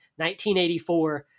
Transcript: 1984